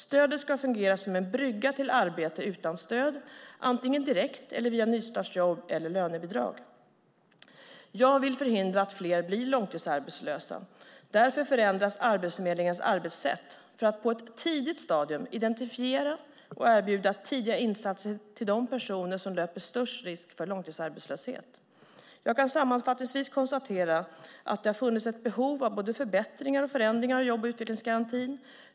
Stödet ska fungera som en brygga till arbete utan stöd, antingen direkt eller via nystartsjobb eller lönebidrag. Jag vill förhindra att fler blir långtidsarbetslösa. Därför förändras Arbetsförmedlingens arbetssätt för att på ett tidigt stadium identifiera och erbjuda tidiga insatser till de personer som löper störst risk för långtidsarbetslöshet. Jag kan sammanfattningsvis konstatera att det har funnits ett behov av både förbättringar och förändringar av jobb och utvecklingsgarantin.